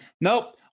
nope